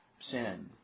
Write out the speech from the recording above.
sin